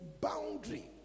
boundary